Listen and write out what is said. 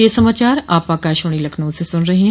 ब्रे क यह समाचार आप आकाशवाणी लखनऊ से सुन रहे हैं